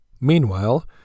Meanwhile